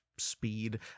speed